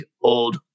old